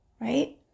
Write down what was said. right